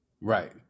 Right